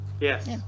yes